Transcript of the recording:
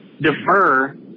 defer